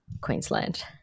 Queensland